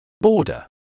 Border